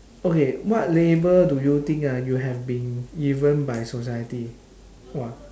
okay what label do you think uh you have been given by society !wah!